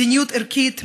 מדיניות ערכית,